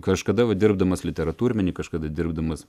kažkada vat dirbdamas literatūrmeny kažkada dirbdamas